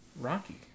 rocky